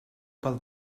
pel